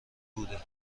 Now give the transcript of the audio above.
بوده